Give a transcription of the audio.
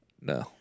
No